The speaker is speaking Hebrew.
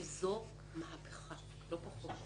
כי זו מהפכה, לא פחות.